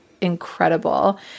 incredible